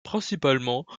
principalement